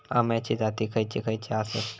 अम्याचे जाती खयचे खयचे आसत?